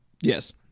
Yes